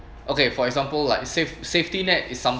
okay for example like safe safety net is some